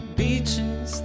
beaches